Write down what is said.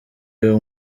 uyu